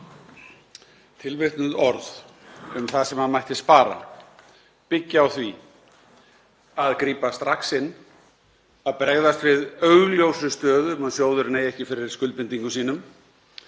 Tilvitnuð orð um það sem mætti spara byggja á því að grípa strax inn, að bregðast við augljósri stöðu um að sjóðurinn eigi ekki fyrir skuldbindingum sínum